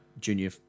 junior